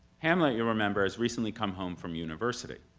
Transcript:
hamlet, you'll remember, has recently come home from university,